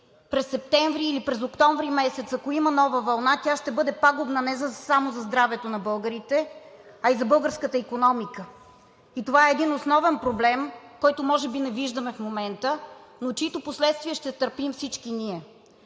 през септември или през октомври месец, ако има нова вълна, тя ще бъде пагубна не само за здравето на българите, а и за българската икономика. И това е един основен проблем, който може би не виждаме в момента, но чиито последствия ще търпим всички ние.